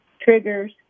triggers